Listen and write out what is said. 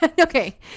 Okay